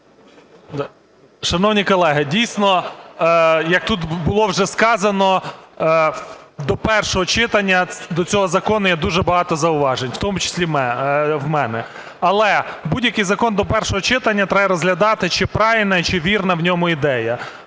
Шановні колеги, дійсно як тут було вже сказано, до першого читання до цього закону є дуже багато зауважень, в тому числі у мене. Але будь-який закон до першого читання треба розглядати чи правильна чи вірна в ньому ідея.